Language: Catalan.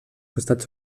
costats